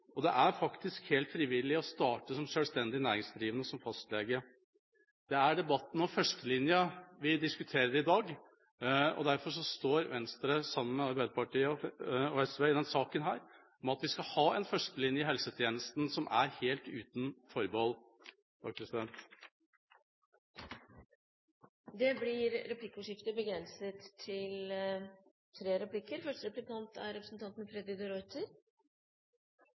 og det er faktisk helt frivillig å starte som selvstendig næringsdrivende som fastlege. Det er førstelinja vi diskuterer i dag. Derfor står Venstre sammen med Arbeiderpartiet og SV i denne saken: Vi skal ha en førstelinje i helsetjenesten som er helt uten forbehold. Det blir replikkordskifte. Jeg vil først benytte anledningen til